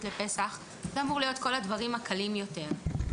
לפסח זה אמור להיות הדברים הקלים יותר,